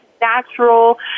natural